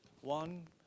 One